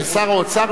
כשר האוצר,